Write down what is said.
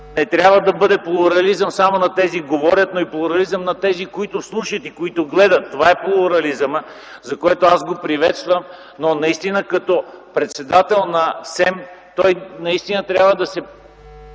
не трябва да бъде плурализъм само на тези, които говорят, но и плурализъм на тези, които слушат и които гледат. Това е плурализмът, за което аз го приветствам. Като председател на СЕМ той наистина трябва да се